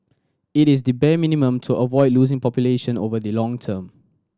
it is the bare minimum to avoid losing population over the long term